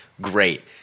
great